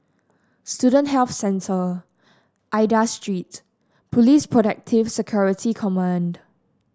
Student Health Centre Aida Street Police Protective Security Command